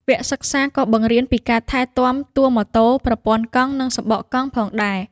វគ្គសិក្សាក៏បង្រៀនពីការថែទាំតួរម៉ូតូ ប្រព័ន្ធកង់ និងសំបកកង់ផងដែរ។